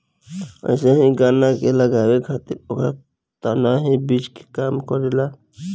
अइसे ही गन्ना के लगावे खातिर ओकर तना ही बीज के काम करेला